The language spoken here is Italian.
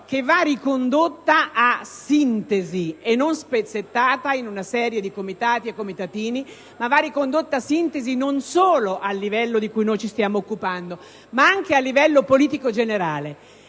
che va ricondotta a sintesi e non spezzettata in una serie di comitati; però va ricondotta a sintesi non solo al livello di cui noi ci stiamo occupando, ma anche a livello politico generale.